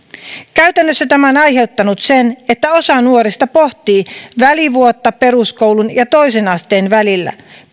käytännössä tämä on aiheuttanut sen että osa nuorista pohtii välivuotta peruskoulun ja toisen asteen välillä